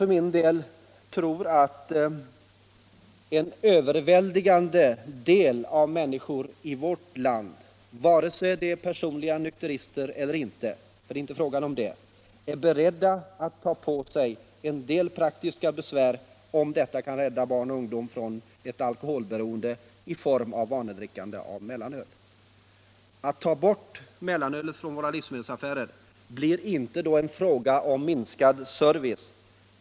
För min del tror jag att en överväldigande del av människorna i vårt land — vare sig de personligen är nykterister eller inte, för det är inte fråga om det — är beredda att ta på sig en del praktiska besvär, om detta kan rädda barn och ungdom från ett alkoholberoende genom vanedrickande av mellanöl. Att ta bort mellanölet från våra livsmedelsaffärer blir då inte en fråga om minskad service.